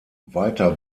weiter